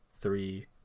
three